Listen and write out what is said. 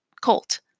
colt